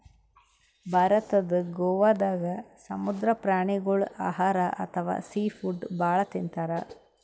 ಭಾರತದ್ ಗೋವಾದಾಗ್ ಸಮುದ್ರ ಪ್ರಾಣಿಗೋಳ್ ಆಹಾರ್ ಅಥವಾ ಸೀ ಫುಡ್ ಭಾಳ್ ತಿಂತಾರ್